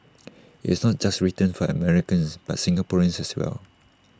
it's not just written for Americans but Singaporeans as well